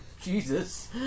Jesus